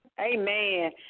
Amen